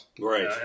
right